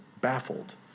baffled